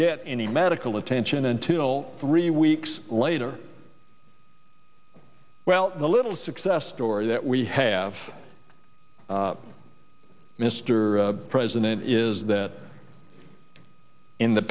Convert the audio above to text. get any medical attention until three weeks later well the little success story that we have mr president is that in the